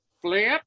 Flip